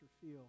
feel